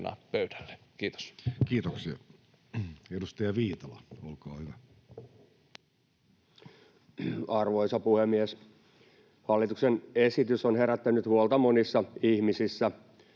vain. Kiitoksia. — Edustaja Viitala, olkaa hyvä. Arvoisa puhemies! Hallituksen esitys on herättänyt huolta monissa ihmisissä.